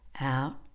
Out